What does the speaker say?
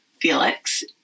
Felix